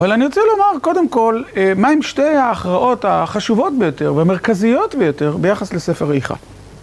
אבל אני רוצה לומר קודם כל אה מהם שתי ההכרעות החשובות ביותר והמרכזיות ביותר ביחס לספר איכה.